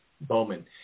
Bowman